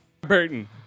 Burton